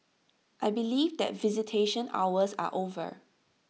I believe that visitation hours are over